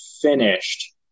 finished